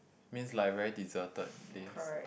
means like very deserted place